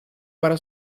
para